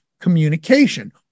communication